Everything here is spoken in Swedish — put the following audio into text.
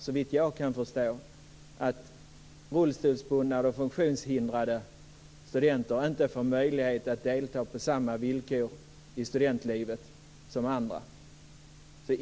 Såvitt jag kan förstå innebär det att rullstolsbundna funktionshindrade studenter inte får möjlighet att delta på samma villkor i studentlivet som andra.